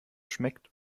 schmeckt